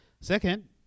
Second